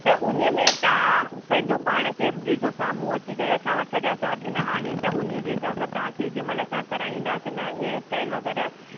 त हुन में तव्हां पंहिंजो पाण खे ॾिसो साम्हूं अची करे असां वटि सॼा साधन आहिनि त हुनजे हिसाब सां तव्हांखे जंहिं महिल असां कराईंदासीं न हेयर स्टाइल वग़ैरह